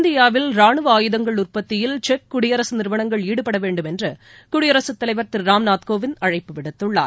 இந்தியாவில் ராணுவ ஆயுதங்கள் உற்பத்தியில் செக் குடியரசு நிறுவனங்கள் ஈடுபட வேண்டுமென்று குடியரசு தலைவர் திரு ராம்நாத் கோவிந்த் அழைப்பு விடுத்துள்ளார்